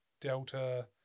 Delta